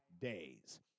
days